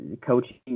coaching